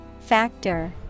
Factor